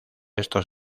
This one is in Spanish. estos